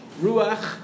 ruach